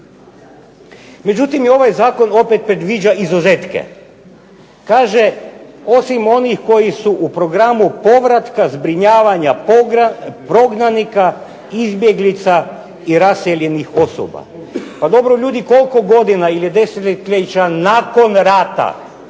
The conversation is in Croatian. Međutim, i ovaj zakon opet predviđa izuzetke. Kaže osim onih koji su u programu povratka zbrinjavanja prognanika, izbjeglica i raseljenih osoba. Pa dobro ljudi koliko godina ili desetljeća nakon rata